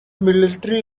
military